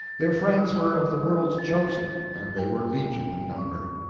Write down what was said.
their friends were of the world's chosen, and they were legion in number.